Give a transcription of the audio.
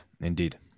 indeed